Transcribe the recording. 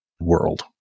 World